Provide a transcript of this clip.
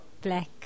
black